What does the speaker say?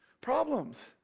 problems